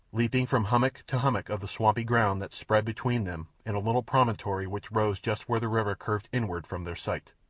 leaping from hummock to hummock of the swampy ground that spread between them and a little promontory which rose just where the river curved inward from their sight.